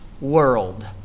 world